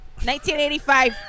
1985